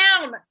down